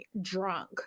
drunk